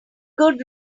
good